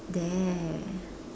dare